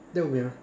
that will be uh